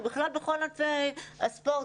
ובכלל בכל ענפי הספורט.